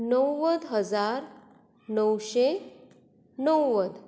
णव्वंद हजार णवशें णव्वद